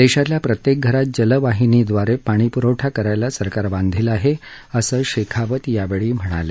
देशातल्या प्रत्येक घरात जलवाहिनीद्वारे पाणीपुरवठा करायला सरकार बांधील आहे असं शेखावत यावेळी म्हणाले